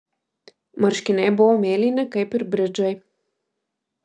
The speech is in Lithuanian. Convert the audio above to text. marškiniai buvo mėlyni kaip ir bridžai